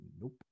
Nope